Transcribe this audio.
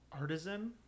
artisan